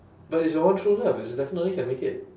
but it's your one true love it's definitely can make it